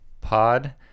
pod